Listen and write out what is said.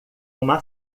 uma